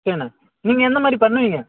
சரிண்ண நீங்கள் எந்த மாதிரி பண்ணுவீங்க